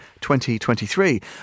2023